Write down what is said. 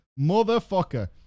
motherfucker